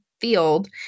field